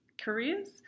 careers